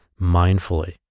mindfully